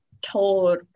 told